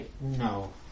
No